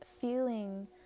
feeling